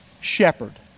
shepherd